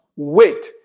Wait